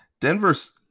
denver's